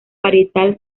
parietal